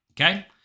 Okay